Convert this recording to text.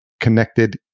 connected